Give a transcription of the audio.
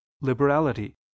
liberality